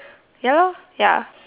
ya lor ya